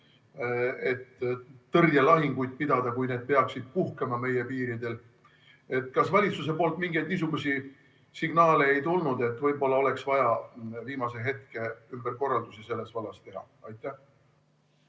et tõrjelahinguid pidada, kui need peaksid meie piiridel puhkema. Kas valitsuse poolt mingeid niisuguseid signaale ei tulnud, et võib-olla oleks vaja viimase hetke ümberkorraldusi selles vallas teha? Aitäh!